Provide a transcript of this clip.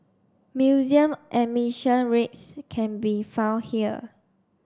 museum admission rates can be found here